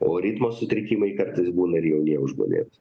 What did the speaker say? o ritmo sutrikimai kartais būna ir jauniems žmonėms